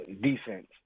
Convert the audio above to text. defense